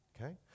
Okay